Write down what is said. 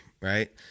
right